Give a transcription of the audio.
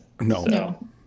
No